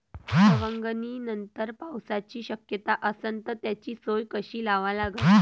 सवंगनीनंतर पावसाची शक्यता असन त त्याची सोय कशी लावा लागन?